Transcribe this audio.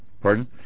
Pardon